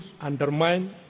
undermine